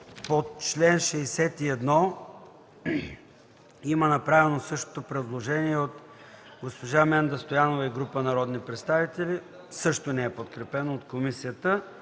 По чл. 61 има направено същото предложение от госпожа Менда Стоянова и група народни представители. Също не е подкрепено от комисията.